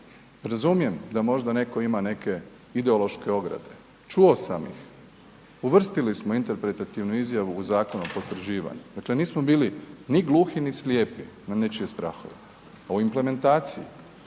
Razumijem, da možda netko ima neke ideološke ograde. Čuo sam, uvrstili smo interpretativnu izjavu u zakonu o potvrđivanju. Dakle, nismo bili ni gluhi ni slijepi na nečije strahove o implementaciji